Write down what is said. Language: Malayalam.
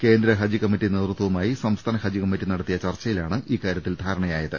കേന്ദ്ര ഹജ്ജ് കമ്മറ്റി നേതൃത്വുമായി സംസ്ഥാന ഹജ്ജ് കമ്മറ്റി നടത്തിയ ചർച്ചയിലാണ് ഇക്കാര്യത്തിൽ ധാരണയായത്